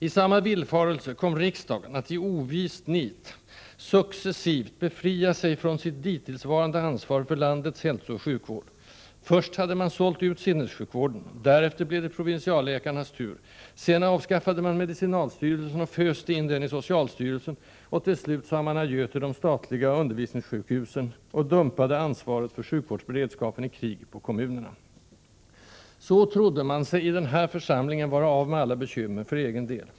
I samma villfarelse kom riksdagen att i ovist nit successivt befria sig från sitt dittillsvarande ansvar för landets hälsooch sjukvård: Först hade man sålt ut sinnessjukvården, därefter blev det provinsialläkarnas tur, sedan avskaffade man medicinalstyrelsen och föste in den i socialstyrelsen, och till slut sade man adjö till de statliga undervisningssjukhusen och dumpade ansvaret för sjukvårdsberedskapen i krig på kommunerna. Så trodde man sig i den här församlingen vara av med alla bekymmer för egen del.